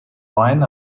neuen